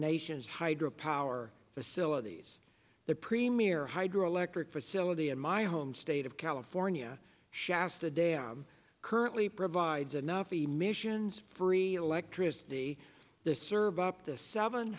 nation's hydro power facilities the premier hydroelectric facility in my home state of california shasta day i'm currently provides enough the mission's free electricity the serve up the seven